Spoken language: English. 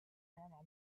normal